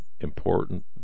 Important